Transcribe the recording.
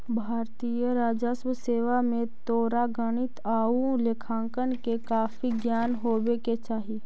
भारतीय राजस्व सेवा में तोरा गणित आउ लेखांकन के काफी ज्ञान होवे के चाहि